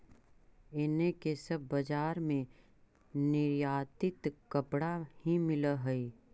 एने के सब बजार में निर्यातित कपड़ा ही मिल हई